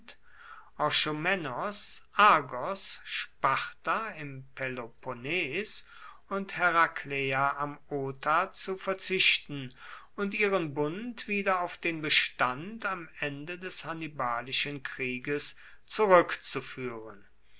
argos sparta im peloponnes und herakleia am ota zu verzichten und ihren bund wieder auf den bestand am ende des hannibalischen krieges zurückzuführen